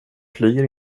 flyger